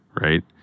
right